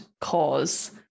cause